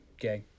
gay